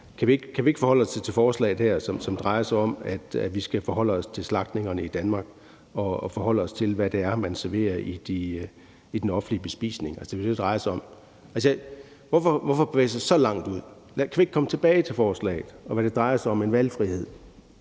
Kan vi ikke forholde os til forslaget her, som drejer sig om, at vi skal forholde os til slagtningerne i Danmark og forholde os til, hvad det er, man serverer i den offentlige bespisning? Det er jo det, det drejer sig om. Hvorfor bevæge sig så langt ud? Kan vi ikke komme tilbage til forslaget, og at det drejer sig om en valgfrihed?